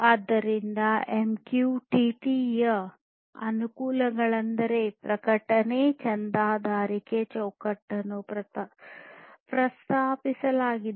ಆದ್ದರಿಂದ ಎಂಕ್ಯೂಟಿಟಿ ಯ ಅನುಕೂಲಗಳೆಂದರೆ ಪ್ರಕಟಣೆ ಚಂದಾದಾರಿಕೆ ಚೌಕಟ್ಟನ್ನು ಪ್ರಸ್ತಾಪಿಸಲಾಗಿದೆ